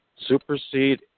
supersede